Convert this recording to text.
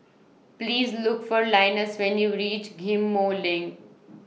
Please Look For Linus when YOU REACH Ghim Moh LINK